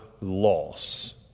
loss